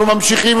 אנחנו ממשיכים,